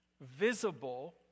Visible